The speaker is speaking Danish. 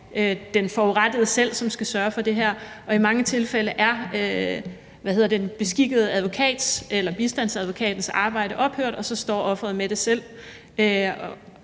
den forurettede selv, som skal sørge for det her, og i mange tilfælde er bistandsadvokatens arbejde ophørt, og så står offeret med det selv.